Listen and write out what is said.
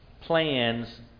plans